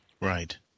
Right